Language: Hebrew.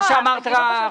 מה שאמרנו.